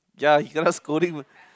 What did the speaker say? ya he kena scolding